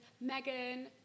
Megan